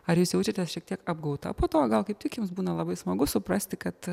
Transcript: ar jūs jaučiatės šiek tiek apgauta po to o gal kaip tik jums būna labai smagu suprasti kad